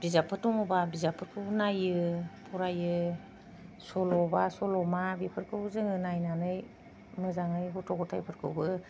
दङबा बिजाबफोरखौ नायो फरायो सल' बा सल'मा बेफोरखौ जोङो नायनानै मोजांयै गथ' गथायफोरखौबो